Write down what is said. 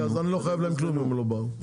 אז אני לא חייב להם כלום אם הם לא באו.